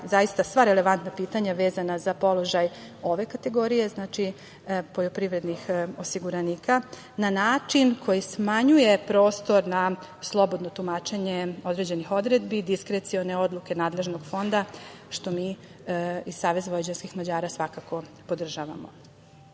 zaista sva relevantna pitanja vezana za položaj ove kategorije, znači poljoprivrednih osiguranika na način koji smanjuje prostor na slobodno tumačenje određenih odredbi, diskrecione odluke nadležnog fonda što mi iz SVM svakako podržavamo. Izdvojiću